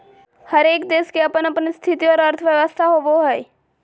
हरेक देश के अपन अपन स्थिति और अर्थव्यवस्था होवो हय